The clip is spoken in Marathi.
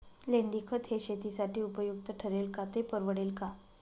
लेंडीखत हे शेतीसाठी उपयुक्त ठरेल का, ते परवडेल का?